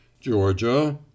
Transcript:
Georgia